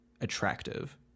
attractive